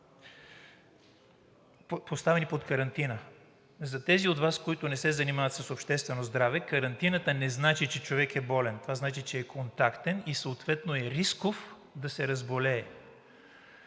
поставени под карантина. За тези от Вас, които не се занимават с обществено здраве, карантината не значи, че човек е болен. Това значи, че е контактен и съответно е рисков да се разболее.